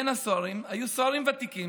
בין הסוהרים היו סוהרים ותיקים,